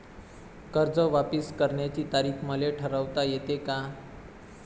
कर्ज वापिस करण्याची तारीख मले ठरवता येते का?